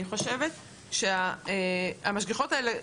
אני חושבת שהמשגיחות האלה,